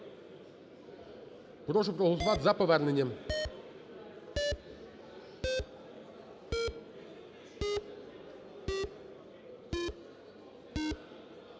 прошу проголосувати за повернення.